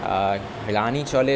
আর রানি চলে